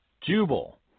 Jubal